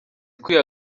kwiha